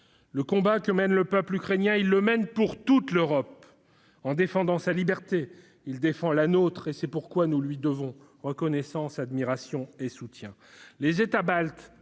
va s'arrêter. Le peuple ukrainien mène son combat pour toute l'Europe : en défendant sa liberté, il défend la nôtre. C'est pourquoi nous lui devons reconnaissance, admiration et soutien.